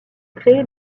créé